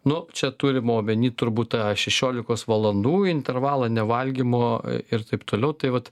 nu čia turima omeny turbūt tą šešiolikos valandų intervalą nevalgymo ir taip toliau tai vat